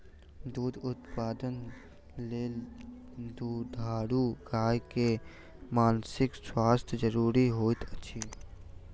दूध उत्पादनक लेल दुधारू गाय के मानसिक स्वास्थ्य ज़रूरी होइत अछि